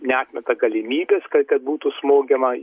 neatmeta galimybės ka kad būtų smogiama į